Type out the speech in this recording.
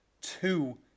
two